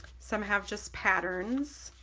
some have just patterns.